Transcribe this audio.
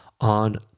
on